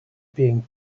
being